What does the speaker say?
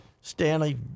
Stanley